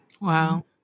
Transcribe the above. Wow